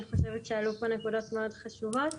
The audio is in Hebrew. אני חושבת שעלו פה נקודות מאוד חשובות